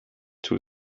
too